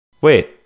wait